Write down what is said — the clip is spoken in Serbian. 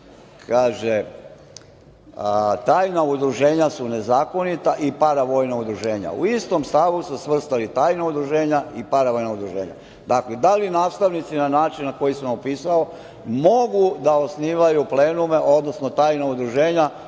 kaže da tajna udruženja su nezakonita i paravojna udruženja. U isti stav su svrstavali tajna udruženja i paravojna udruženja. Dakle, da li nastavnici na način na koji sam opisao mogu da osnivaju plenume, odnosno tajna udruženja,